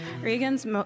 Regan's